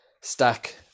stack